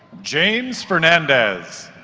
james fernandez